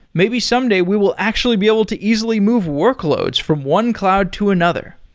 maybe someday we will actually be able to easily move workloads from one cloud to another.